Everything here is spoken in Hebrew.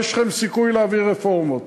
יש לכם סיכוי להביא רפורמות,